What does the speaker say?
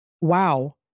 wow